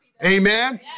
Amen